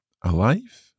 Alive